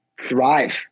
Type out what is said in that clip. thrive